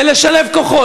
לשלב כוחות,